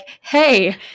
hey